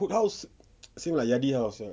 hud house same like yadi house ah